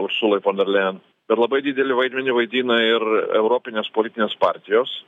ursulai fon der lejen bet labai didelį vaidmenį vaidina ir europinės politinės partijos